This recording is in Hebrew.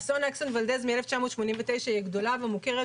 אסון אקסון ואלדז מ-1989 הוא הגדול והמוכר,